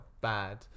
bad